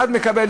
אחד מקבל,